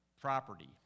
property